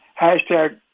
hashtag